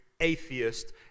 atheist